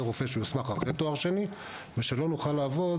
רופא שהוסמך אחרי תואר שני ושלא נוכל לעבוד